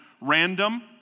random